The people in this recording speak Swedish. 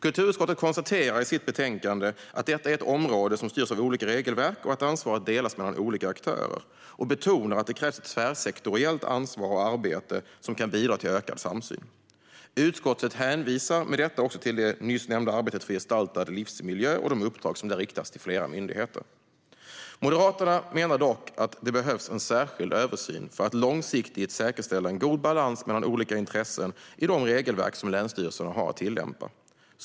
Kulturutskottet konstaterar i sitt betänkande att detta är ett område som styrs av olika regelverk och att ansvaret delas mellan olika aktörer, och utskottet betonar att det krävs ett tvärsektoriellt ansvar och arbete som kan bidra till ökad samsyn. Utskottet hänvisar med detta också till det nyss nämnda arbetet för gestaltad livsmiljö och de uppdrag som där riktas till flera myndigheter. Moderaterna menar dock att det behövs en särskild översyn för att långsiktigt säkerställa en god balans mellan olika intressen i de regelverk som länsstyrelserna har att tillämpa.